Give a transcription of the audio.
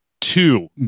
two